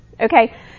okay